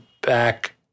back